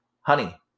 Honey